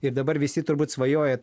ir dabar visi turbūt svajojat